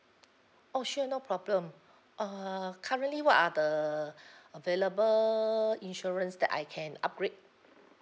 oh sure no problem err currently what are the available insurance that I can upgrade